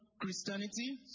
Christianity